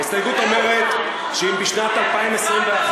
ההסתייגות אומרת שאם בשנת 2021,